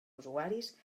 usuaris